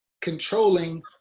controlling